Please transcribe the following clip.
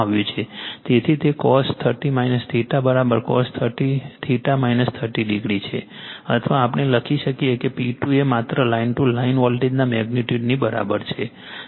તેથી તે cos 30o cos 30o છે અથવા આપણે લખી શકીએ છીએ કે P2 એ એક માત્ર લાઇન ટુ લાઇન વોલ્ટેજના મેગ્નિટ્યુડ બરાબર છે